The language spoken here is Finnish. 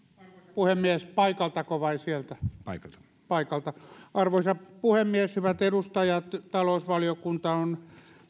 puhemies paikaltako vai sieltä paikalta paikalta arvoisa puhemies hyvät edustajat talousvaliokunta on